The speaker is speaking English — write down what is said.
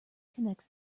connects